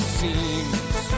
seems